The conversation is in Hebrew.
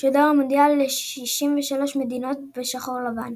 שודר המונדיאל ל-63 מדינות בשחור-לבן.